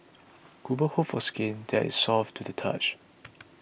women hope for skin that is soft to the touch